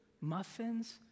muffins